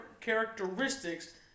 characteristics